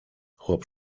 chłop